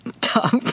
top